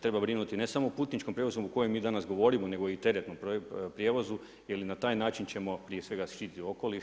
Treba brinuti ne samo o putničkom prijevozu o kojem mi danas govorimo nego i teretnom prijevozu jel i na taj način ćemo prije svega štititi okoliš.